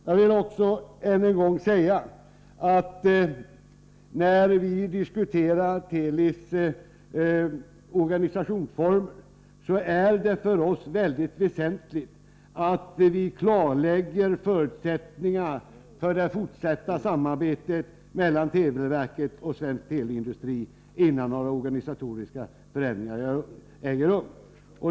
Jag vill än en gång säga att det, när vi diskuterar Telis organisationsform, för oss är väldigt väsentligt att vi klarlägger förutsättningarna för det fortsatta samarbetet mellan televerket och svensk teleindustri, innan några organisatoriska förändringar äger rum.